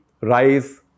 rice